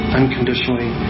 unconditionally